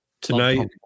Tonight